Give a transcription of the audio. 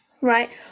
right